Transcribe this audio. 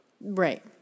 Right